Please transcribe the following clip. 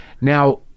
Now